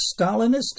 Stalinist